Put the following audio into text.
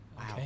Wow